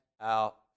out